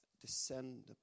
descend